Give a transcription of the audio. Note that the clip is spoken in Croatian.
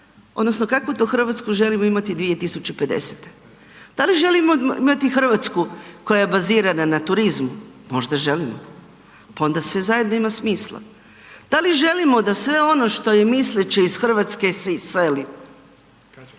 odnosno kakvu to RH želimo imati 2050.? Da li želimo imati RH koja je bazirana na turizmu? Možda želimo, pa onda sve zajedno ima smisla. Da li želimo da sve ono što je misleće iz RH se iseli? Možda